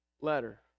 letter